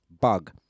bug